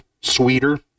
sweeter